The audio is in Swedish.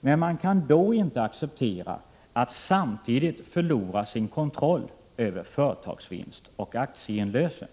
Men man kan då inte acceptera att samtidigt förlora sin kontroll över företagsvinst och aktieinlösen.